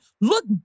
Look